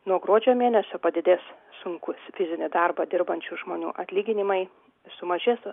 nuo gruodžio mėnesio padidės sunkų fizinį darbą dirbančių žmonių atlyginimai sumažės